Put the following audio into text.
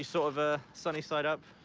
sort of a sunny-side up.